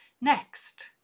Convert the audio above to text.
Next